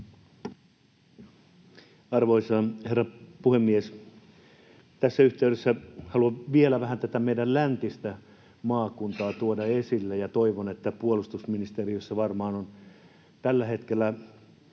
Arvoisa herra puhemies! Tässä yhteydessä haluan vielä vähän tätä meidän läntistä maakuntaa tuoda esille ja toivon, että puolustusministeriössä varmaan on tällä hetkellä